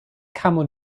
camel